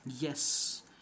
Yes